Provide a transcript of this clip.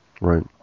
Right